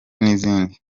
n’izindi